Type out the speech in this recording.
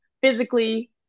physically